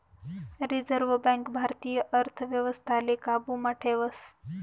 reserve Bank भारतीय अर्थव्यवस्थाले काबू मा ठेवस